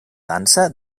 dansa